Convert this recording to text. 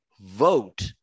vote